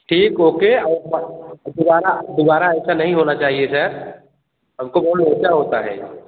ठीक ओके और बता दुबारा दुबारा ऐसा नहीं होना चाहिए सर हम को बहुत लोचा होता है